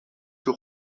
two